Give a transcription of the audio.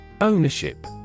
Ownership